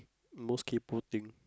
most kaypo thing